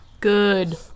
Good